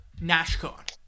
Nashcon